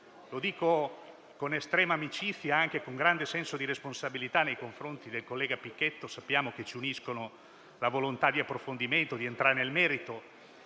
Lo dico con estrema amicizia e anche con grande senso di responsabilità nei confronti del collega Pichetto Fratin. Sappiamo che ci uniscono la volontà di approfondimento e di entrare nel merito.